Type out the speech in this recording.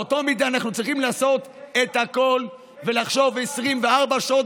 באותה מידה אנחנו צריכים לעשות את הכול ולחשוב 24 שעות